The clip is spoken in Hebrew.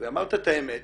ואמרת את האמת